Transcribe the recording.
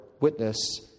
witness